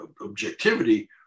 objectivity